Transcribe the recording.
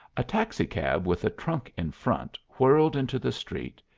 a taxicab with a trunk in front whirled into the street,